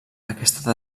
aquesta